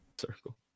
circle